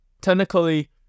technically